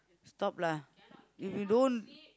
stop lah if you don't